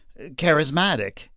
charismatic